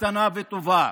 איתנה וטובה.